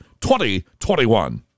2021